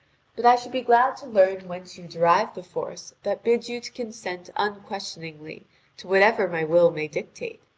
but i should be glad to learn whence you derive the force that bids you to consent unquestioningly to whatever my will may dictate.